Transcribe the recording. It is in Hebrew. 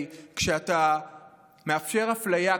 כשאתה מאפשר אפליה,